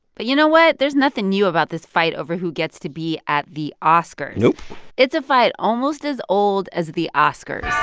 but you know what? there's nothing new about this fight over who gets to be at the oscars nope it's a fight almost as old as the oscars